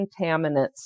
contaminants